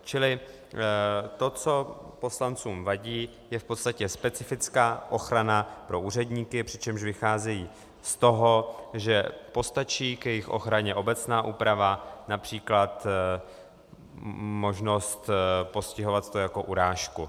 Čili to, co poslancům vadí, je v podstatě specifická ochrana pro úředníky, přičemž vycházejí z toho, že postačí k jejich ochraně obecná úprava, například možnost postihovat to jako urážku.